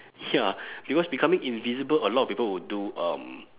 ya because becoming invisible a lot of people would do um